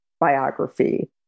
biography